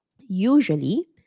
Usually